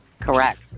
Correct